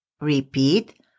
Repeat